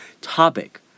topic